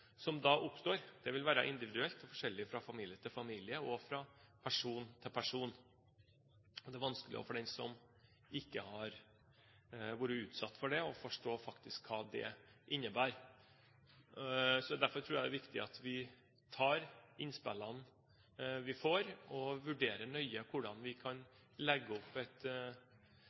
som da oppstår. Det vil være individuelt, og forskjellig fra familie til familie og fra person til person. Det er vanskelig også for den som ikke har vært utsatt for det, å forstå hva det faktisk innebærer. Derfor tror jeg det er viktig at vi tar innspillene vi får, og vurderer nøye hvordan vi kan legge opp